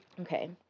Okay